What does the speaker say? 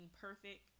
perfect